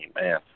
Man